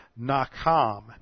nakam